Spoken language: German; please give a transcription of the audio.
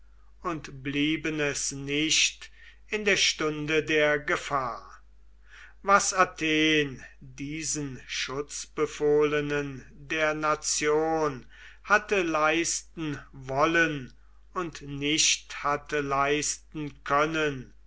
und blieben es nicht in der stunde der gefahr was athen diesen schutzbefohlenen der nation hatte leisten wollen und nicht hatte leisten können